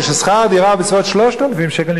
כששכר הדירה בסביבות 3,000 שקלים,